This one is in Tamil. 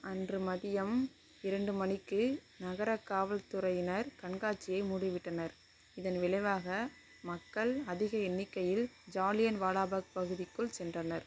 அன்று மதியம் இரண்டு மணிக்கு நகர காவல் துறையினர் கண்காட்சியை மூடிவிட்டனர் இதன் விளைவாக மக்கள் அதிக எண்ணிக்கையில் ஜாலியன் வாலாபாக் பகுதிக்குள் சென்றனர்